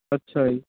ਅੱਛਾ ਜੀ